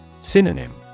Synonym